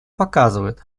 показывают